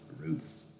roots